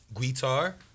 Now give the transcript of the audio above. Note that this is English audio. guitar